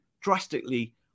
drastically